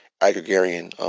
agrarian